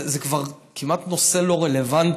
זה כבר כמעט נושא לא רלוונטי.